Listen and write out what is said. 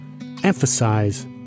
emphasize